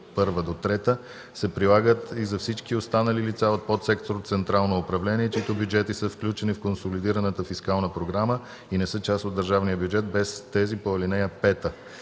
на ал. 1-3 се прилагат и за всички останали лица от подсектор „Централно управление”, чиито бюджети са включени в консолидираната фискална програма и не са част от държавния бюджет, без тези по ал. 5.